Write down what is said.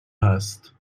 هست